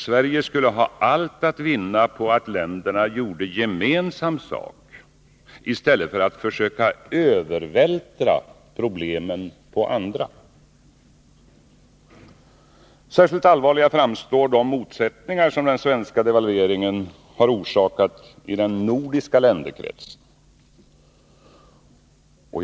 Sverige skulle ha allt att vinna på att länderna gjorde gemensam sak i stället för att försöka övervältra problemen på varandra. Särskilt allvarliga framstår de motsättningar som den svenska devalveringen har orsakat i den nordiska länderkretsen.